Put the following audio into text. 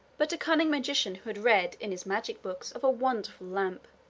but a cunning magician, who had read in his magic books of a wonderful lamp,